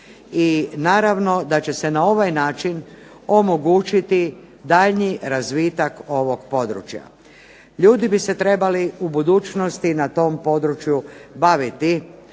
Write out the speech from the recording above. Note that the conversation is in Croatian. i naravno da će se na ovaj način omogućiti daljnji razvitak ovog područja. Ljudi bi se trebali u budućnosti na tom području baviti